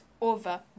over